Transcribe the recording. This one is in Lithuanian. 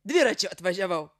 dviračiu atvažiavau